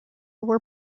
were